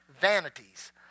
vanities